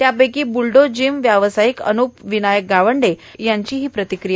त्यापैकी ब्रुल्डो जिम व्यावसायिक अनुप विनायक गावंडे यांची प्रतिकिया